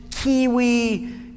Kiwi